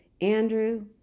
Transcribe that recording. Andrew